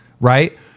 right